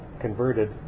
converted